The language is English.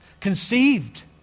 conceived